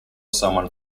someone